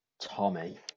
Tommy